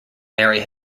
merry